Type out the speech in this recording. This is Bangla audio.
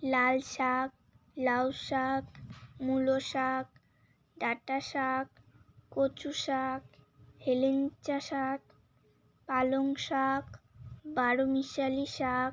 লাল শাক লাউ শাক মুলো শাক ডাঁটা শাক কচু শাক হেলেঞ্চা শাক পালং শাক বারোমিশালি শাক